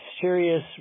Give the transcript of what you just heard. serious